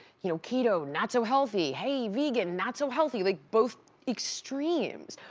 you know keto, not so healthy. hey, vegan, not so healthy. like both extremes.